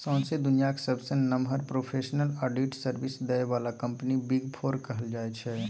सौंसे दुनियाँक सबसँ नमहर प्रोफेसनल आडिट सर्विस दय बला कंपनी बिग फोर कहल जाइ छै